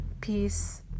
peace